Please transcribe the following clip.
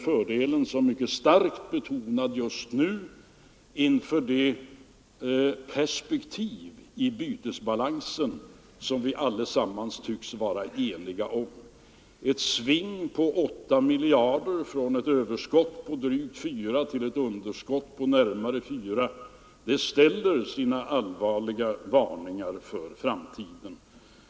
Särskilt angeläget synes detta vara just nu inför det perspektiv i bytesbalansen som vi alla tycks vara eniga om — ett sving på 8 miljarder kronor från ett överskott på drygt 4 miljarder till ett underskott på närmare 4 miljarder utgör en allvarlig varning för framtiden.